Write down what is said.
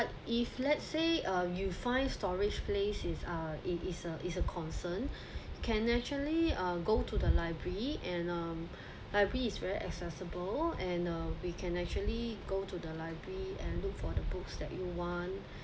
but if let's say uh you find storage place is a is a is a concern can actually uh go to the library and um library is very accessible and uh we can actually go to the library and look for the books that you want